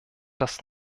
das